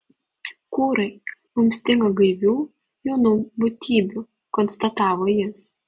kūrai mums stinga gaivių jaunų būtybių konstatavo jis